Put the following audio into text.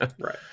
Right